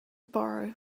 borrow